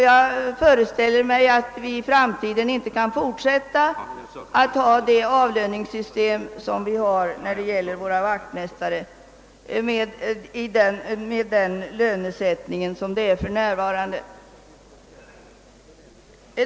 Jag föreställer mig att vi i framtiden med nuvarande lönesättning inte heller kommer att kunna behålla våra vaktmästare. Vi måste säkerligen räkna med både ökat antal personal och högre lönekostnader.